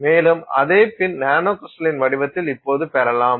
மேலும் அதே பின் நானோ கிரிஸ்டலின் வடிவத்தில் இப்போது பெறலாம்